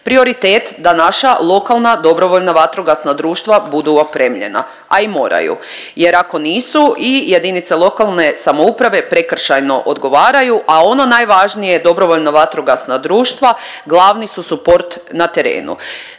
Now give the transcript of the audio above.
prioritet da naša lokalna dobrovoljna vatrogasna društva budu opremljena, a i moraju jer ako nisu i jedinica lokalne samouprave prekršajno odgovaraju, a ono najvažnije dobrovoljna vatrogasna društva, glavni su suport na terenu.